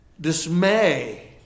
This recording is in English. dismay